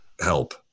help